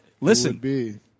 listen